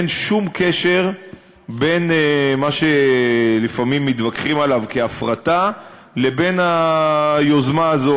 אין שום קשר בין מה שלפעמים מתווכחים עליו כהפרטה לבין היוזמה הזאת.